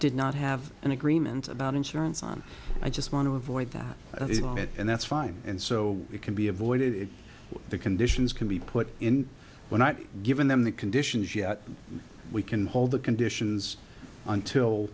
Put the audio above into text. did not have an agreement about insurance on i just want to avoid that and that's fine and so we can be avoided if the conditions can be put in when i've given them the conditions yet we can hold the conditions until